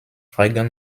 regan